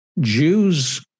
Jews